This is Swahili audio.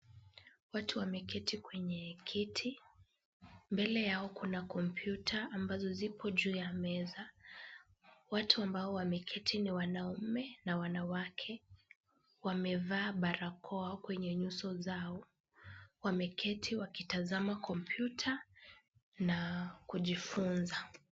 Watu wameketi kwenye kiti. Mbele yao kuna kompyuta ambazo zipo juu ya meza. Watu ambao wameketi ni wanaume na wanawake. Wamevaa barakoa kwenye nyuso zao. Wameketi wakitazama kompyuta na kujifunza.